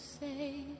say